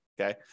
okay